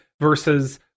Versus